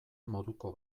moduko